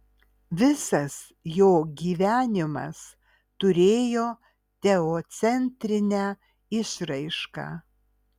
visas jo gyvenimas turėjo teocentrinę išraišką